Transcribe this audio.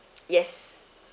yes